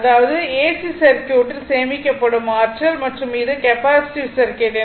அதாவது ஏசி சர்க்யூட்டில் சேமிக்கப்படும் ஆற்றல் மற்றும் இது கெப்பாசிட்டிவ் சர்க்யூட்